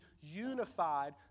unified